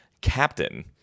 captain